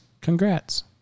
Congrats